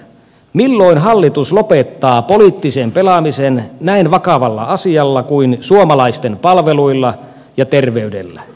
milloin hallitus lopettaa poliittisen pelaamisen näin vakavalla asialla kuin suomalaisten palveluilla ja terveydellä